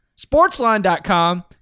Sportsline.com